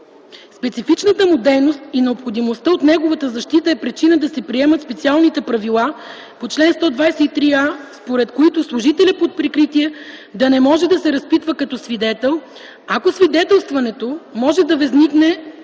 Специфичната му дейност и необходимостта от неговата защита е причина да се приемат специалните правила по чл. 123а, според които служителят под прикритие да не може да се разпитва като свидетел, ако от „свидетелстването може да възникне